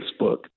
Facebook